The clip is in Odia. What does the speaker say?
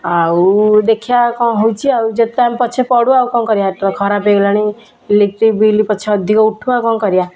ଆଉ ଦେଖିବା କଣ ହେଉଛି ଆଉ ଯେତେଟଙ୍କା ପଛେ ପଡ଼ୁ ଆଉ କଣ କରିବା ଖରାପ ହୋଇଗଲାଣି ଇଲେକ୍ଟ୍ରି ବିଲ୍ ପଛେ ଅଧିକ ଉଠୁ ଆଉ କଣ କରିବା